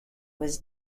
was